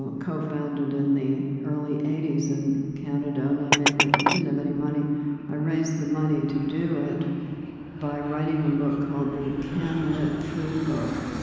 co-founded in the early eighty s in canada, and made the it didn't have any money i raised the money to do it by writing a book called the canlit food book,